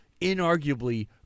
inarguably